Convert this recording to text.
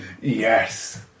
Yes